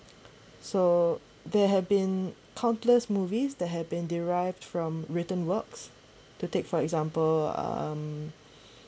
so there have been countless movies there have been derived from written works to take for example um